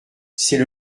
c’est